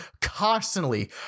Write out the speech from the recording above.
Constantly